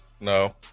No